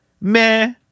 Meh